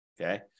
okay